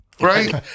Right